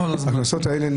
הקנסות האלה,